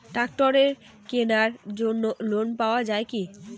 ট্রাক্টরের কেনার জন্য লোন পাওয়া যায় কি?